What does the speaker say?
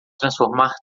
transformar